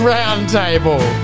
Roundtable